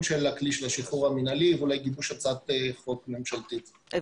הכלי של השחרור המינהלי ואולי גיבוש הצעת חוק ממשלתית,